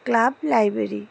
club library